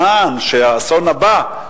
כדי שהאסון הבא,